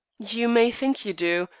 you may think you do,